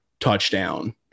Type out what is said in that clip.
touchdown